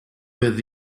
with